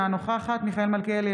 אינה נוכחת מיכאל מלכיאלי,